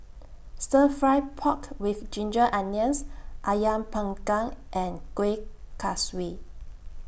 Stir Fry Pork with Ginger Onions Ayam Panggang and Kuih Kaswi